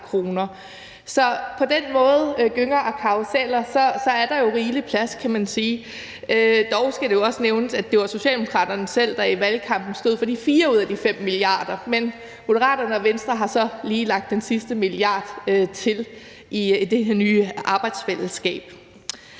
måde er der jo med gynger og karruseller rigelig plads, kan man sige. Dog skal det også nævnes, at det var Socialdemokraterne selv, der i valgkampen stod for de 4 ud af de 5 milliarder, men Moderaterne og Venstre har så lige lagt den sidste milliard til i det her nye arbejdsfællesskab.